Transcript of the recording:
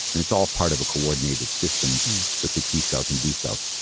and it's all part of a coordinated system with the t-cells and b-cells.